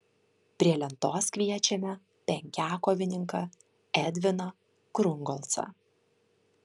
prie lentos kviečiame penkiakovininką edviną krungolcą